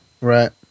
right